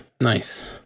Nice